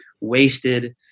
wasted